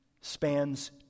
spans